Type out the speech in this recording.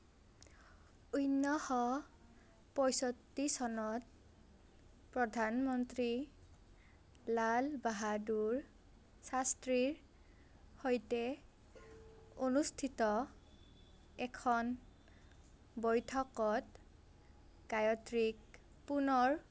ঊনৈছশ পঁয়ষষ্ঠি চনত প্ৰধানমন্ত্ৰী লাল বাহাদুৰ শাস্ত্ৰীৰ সৈতে অনুষ্ঠিত এখন বৈঠকত গায়ত্ৰীক পুনৰ